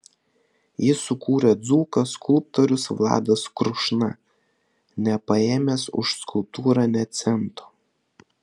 jį sukūrė dzūkas skulptorius vladas krušna nepaėmęs už skulptūrą nė cento